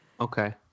Okay